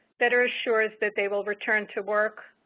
better shores that they will return to work,